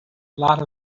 lot